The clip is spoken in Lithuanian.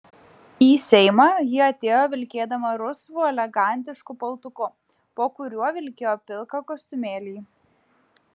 į seimą ji atėjo vilkėdama rusvu elegantišku paltuku po kuriuo vilkėjo pilką kostiumėlį